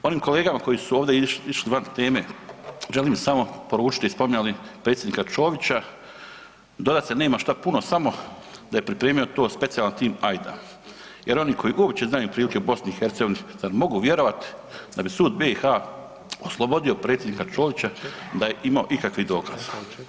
Onim kolegama koji su ovdje išli van teme želim samo poručiti spominjali predsjednika Ćovića, dodat se nema šta puno samo da je pripremio specijalan tim … Jer oni koji uopće znaju prilike u BiH da mogu vjerovat da bi sud BiH oslobodio predsjednika Ćovića da je imao ikakvi dokaz.